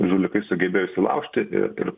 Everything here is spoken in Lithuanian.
žulikai sugebėjo įsilaužti ir ir